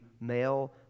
male